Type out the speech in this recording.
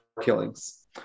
killings